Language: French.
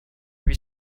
huit